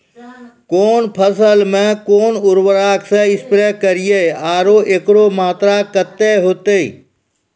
कौन फसल मे कोन उर्वरक से स्प्रे करिये आरु एकरो मात्रा कत्ते होते?